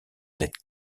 d’être